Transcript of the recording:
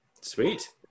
Sweet